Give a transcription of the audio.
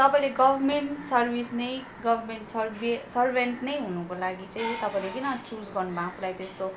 तपाईँले government service नै government सर्भि सर्भेन्ट नै हुनुको लागि चाहिँ तपाईँले किन चुज गर्नु भयो आफुलाई त्यस्तो